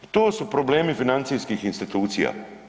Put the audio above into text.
I to su problemi financijskih institucija.